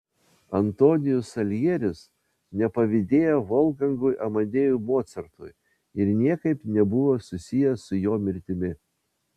antonijus saljeris nepavydėjo volfgangui amadėjui mocartui ir niekaip nebuvo susijęs su jo mirtimi